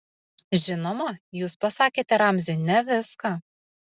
žinoma jūs pasakėte ramziui ne viską